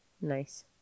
Nice